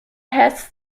has